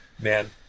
Man